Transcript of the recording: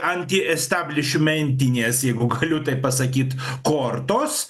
anti establišmentinės jeigu galiu taip pasakyt kortos